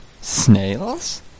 Snails